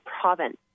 province